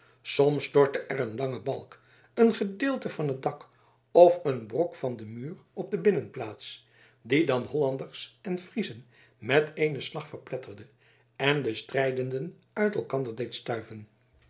soms stortte er een lange balk een gedeelte van het dak of een brok van den muur op de binnenplaats die dan hollanders en friezen met éénen slag verpletterde en de strijdenden uit elkander deed stuiven